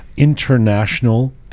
international